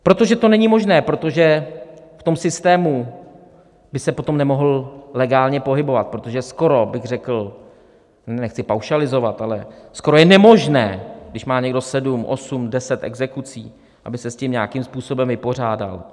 Protože to není možné, protože v tom systému by se potom nemohl legálně pohybovat, protože skoro bych řekl, nechci paušalizovat, je nemožné, když má někdo sedm, osm, deset exekucí, aby se s tím nějakým způsobem vypořádal.